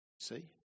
See